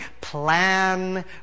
plan